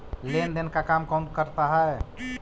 लेन देन का काम कौन करता है?